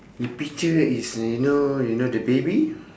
the picture is you know you know the baby